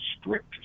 strict